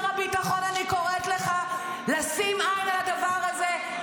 שר הביטחון, אני קוראת לך לשים עין על הדבר הזה,